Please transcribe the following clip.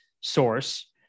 source